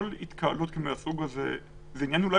כל התקהלות מהסוג הזה, זה עניין אולי